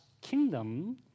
kingdom